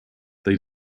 they